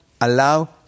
allow